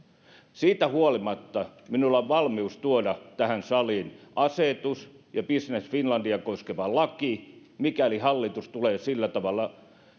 siitä huolimatta minulla on valmius tuoda tähän saliin asetus ja business finlandia koskeva laki mikäli hallitus tulee sillä tavalla